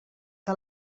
que